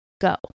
go